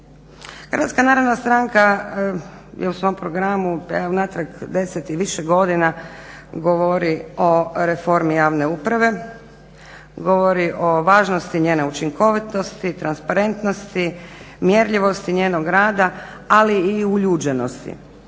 ga evo istakla. HNS je u svom programu, pa evo unatrag deset i više godina govori o reformi javne uprave, govori o važnosti njene učinkovitosti, transparentnosti, mjerljivosti njenog rada ali i uljuđenosti.